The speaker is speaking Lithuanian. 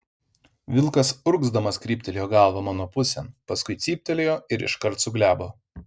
vilkas urgzdamas kryptelėjo galvą mano pusėn paskui cyptelėjo ir iškart suglebo